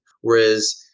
Whereas